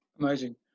Amazing